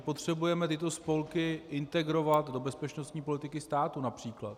My potřebujeme tyto spolky integrovat do bezpečnostní politiky státu, například.